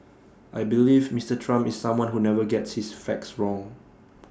I believe Mister Trump is someone who never gets his facts wrong